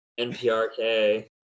NPRK